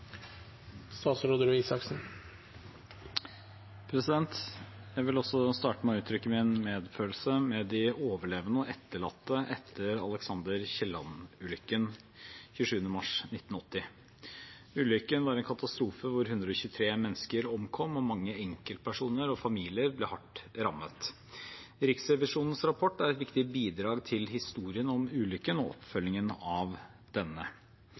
etterlatte etter Alexander L. Kielland-ulykken 27. mars 1980. Ulykken var en katastrofe, hvor 123 mennesker omkom. Mange enkeltpersoner og familier ble hardt rammet. Riksrevisjonens rapport er et viktig bidrag til historien om ulykken og oppfølgingen av denne.